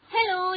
Hello